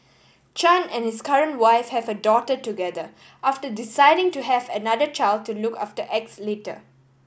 Chan and his current wife have a daughter together after deciding to have another child to look after X later